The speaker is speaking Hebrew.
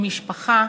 משפחה,